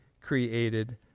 created